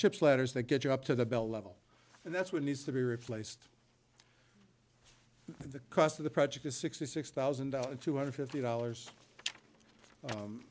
ships letters that get you up to the belt level and that's what needs to be replaced the cost of the project is sixty six thousand two hundred and fifty dollars